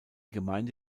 gemeinde